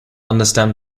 understand